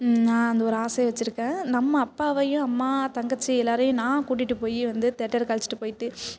நான் அந்த ஒரு ஆசையை வைச்சிருக்கேன் நம்ம அப்பாவையும் அம்மா தங்கச்சி எல்லோரையும் நான் கூட்டிட்டு போய் வந்து தேட்டருக்கு அழைச்சிட்டு போய்ட்டு